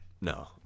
No